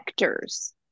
vectors